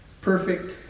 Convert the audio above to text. perfect